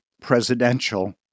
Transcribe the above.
presidential